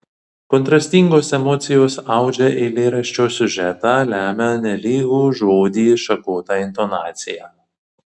kontrastingos emocijos audžia eilėraščio siužetą lemia nelygų žodį šakotą intonaciją